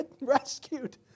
rescued